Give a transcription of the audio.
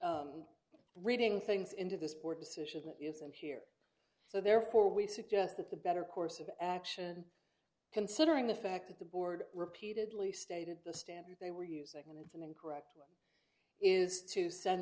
of reading things into this board decision is in here so therefore we suggest that the better course of action considering the fact that the board repeatedly stated the standard they were using and if i'm incorrect which is to send